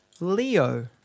Leo